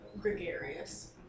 gregarious